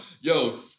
yo